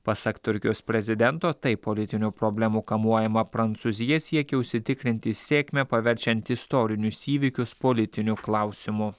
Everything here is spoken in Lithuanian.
pasak turkijos prezidento taip politinių problemų kamuojama prancūzija siekia užsitikrinti sėkmę paverčiant istorinius įvykius politiniu klausimu